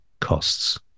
costs